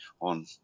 on